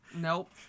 Nope